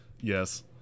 Yes